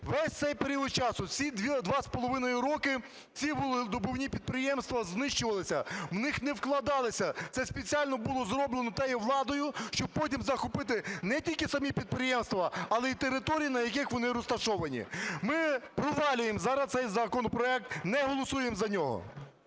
Весь цей період часу, всі два з половиною роки ці вугледобувні підприємства знищувалися, в них не вкладалися, це спеціально було зроблено тією владою, щоб потім захопити не тільки самі підприємства, але й території, на яких вони розташовані. Ми провалюємо зараз цей законопроект, не голосуємо за нього.